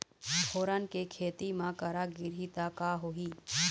फोरन के खेती म करा गिरही त का होही?